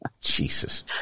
Jesus